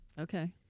Okay